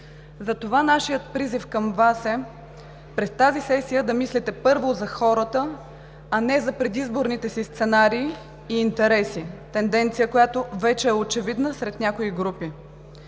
Затова нашият призив към Вас е през тази сесия да мислите първо за хората, а не за предизборните си сценарии и интереси – тенденция, която вече е очевидна сред някои групи.